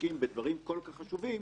שמתעסקים בדברים כל כך חשובים,